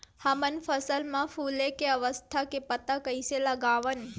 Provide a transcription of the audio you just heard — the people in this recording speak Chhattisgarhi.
हमन फसल मा फुले के अवस्था के पता कइसे लगावन?